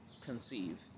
conceive